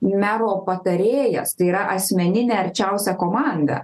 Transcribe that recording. mero patarėjas tai yra asmeninė arčiausia komanda